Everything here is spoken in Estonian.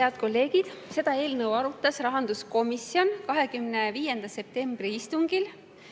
Head kolleegid! Seda eelnõu arutas rahanduskomisjon 25. septembri istungil.